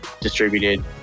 distributed